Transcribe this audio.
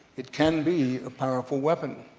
it can be a powerful weapon